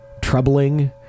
troubling